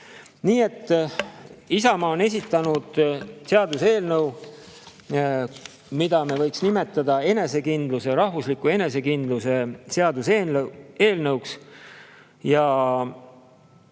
Nii et Isamaa on esitanud seaduseelnõu, mida me võiks nimetada enesekindluse ja rahvusliku enesekindluse seaduseelnõuks. Ja